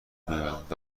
میآیند